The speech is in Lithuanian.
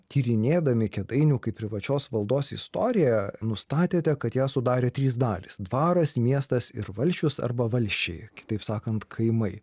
tyrinėdami kėdainių kaip privačios valdos istoriją nustatėte kad ją sudarė trys dalys dvaras miestas ir valsčius arba valsčiai kitaip sakant kaimai